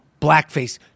blackface